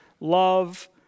love